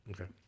Okay